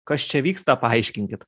kas čia vyksta paaiškinkit